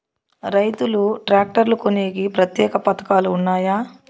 రైతులు ట్రాక్టర్లు కొనేకి ప్రత్యేక పథకాలు ఉన్నాయా?